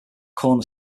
corner